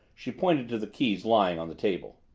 she pointed to the keys lying on the table.